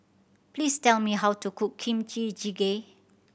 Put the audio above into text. please tell me how to cook Kimchi Jjigae